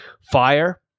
fire